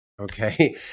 okay